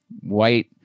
white